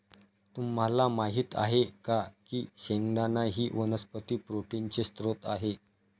तुम्हाला माहित आहे का की शेंगदाणा ही वनस्पती प्रोटीनचे स्त्रोत आहे